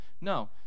No